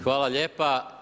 Hvala lijepa.